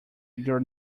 your